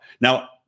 Now